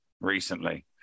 recently